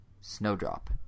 snowdrop